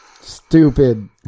stupid